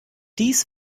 dies